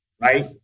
right